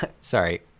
sorry